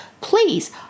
please